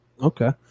Okay